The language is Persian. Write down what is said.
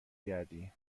گردی